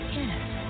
Yes